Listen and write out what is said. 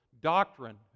doctrine